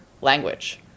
language